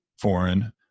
foreign